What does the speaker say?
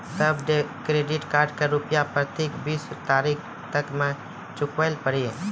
तब credit card के रूपिया प्रतीक बीस तारीख तक मे चुकल पड़ी?